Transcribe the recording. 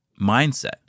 mindset